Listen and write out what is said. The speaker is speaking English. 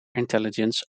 intelligence